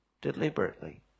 deliberately